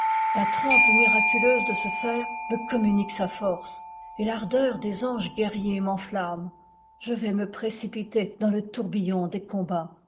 la trempe miraculeuse de ce fer me communique sa force et i'ardeur des anges guerriers m'enflamme je vais me précipiter dans le tourbillon des combats